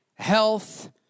Health